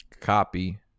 copy